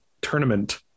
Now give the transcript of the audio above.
tournament